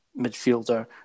midfielder